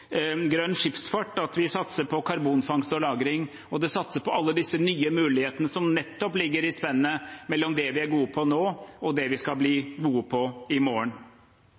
grønn skipsfart, at vi satser på karbonfangst og -lagring og alle disse nye mulighetene som nettopp ligger i spennet mellom det vi er gode på nå, og det vi skal bli gode på i morgen.